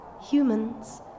Humans